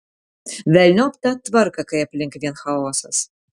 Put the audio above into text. velniop tą tvarką kai aplink vien chaosas